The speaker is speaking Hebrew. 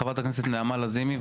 חברת הכנסת נעמה לזימי.